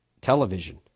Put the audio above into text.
television